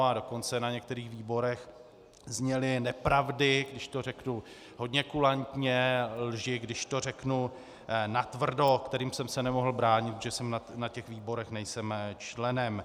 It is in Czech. A dokonce na některých výborech zněly nepravdy, když to řeknu hodně kulantně, lži, když to řeknu natvrdo, kterým jsem se nemohl bránit protože na těch výborech nejsem členem.